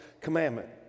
commandment